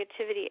negativity